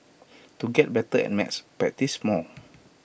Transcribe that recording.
to get better at maths practise more